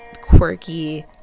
quirky